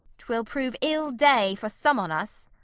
twill prove ill day for some on us.